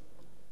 צחי הנגבי,